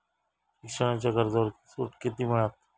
शिक्षणाच्या कर्जावर सूट किती मिळात?